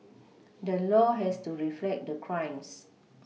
the law has to reflect the crimes